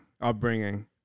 upbringing